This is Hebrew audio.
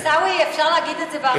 עיסאווי, אפשר להגיד את זה בערבית עיראקית?